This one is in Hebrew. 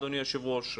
אדוני היושב-ראש,